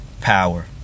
power